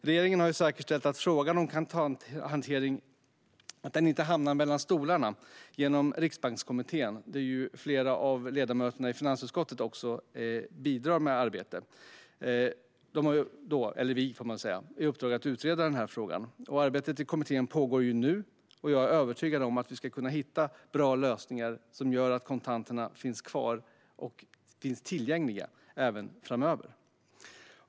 Regeringen har säkerställt att frågan om kontanthanteringen inte hamnar mellan stolarna genom Riksbankskommittén, där flera av ledamöterna i finansutskottet bidrar med arbete. Vi har i uppdrag att utreda frågan. Arbetet i kommittén pågår nu. Jag är övertygad om att vi ska kunna hitta bra lösningar som gör att kontanterna finns kvar och är tillgängliga även framöver.